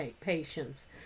patients